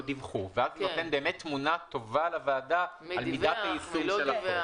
דיווחו ואז זה נותן באמת תמונה טובה לוועדה על מידת יישום החוק.